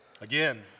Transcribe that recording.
Again